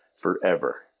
forever